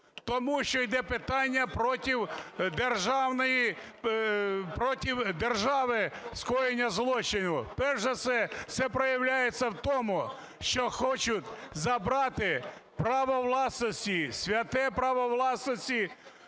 проти державної, проти держави скоєння злочину. Перш за все, це проявляється в тому, що хочуть забрати право власності, святе право власності